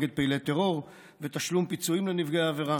נגד פעילי טרור ותשלום פיצויים לנפגעי עבירה,